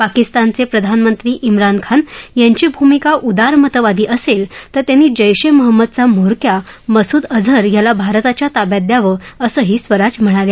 पाकिस्तानचे प्रधानमंत्री धिरान खान यांची भूमिका उदारमतवादी असेल तर त्यांनी जैश ए महमदचा म्होरक्या मसूद अजहर याला भारताच्या ताब्यात द्यावं असंही स्वराज म्हणाल्या